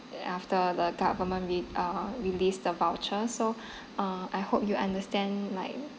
after the government re~ uh released the voucher so uh I hope you understand like